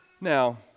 Now